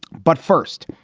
but first,